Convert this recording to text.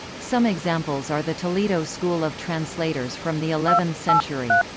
some examples are the toledo school of translators from the eleventh century.